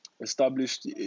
Established